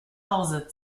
hause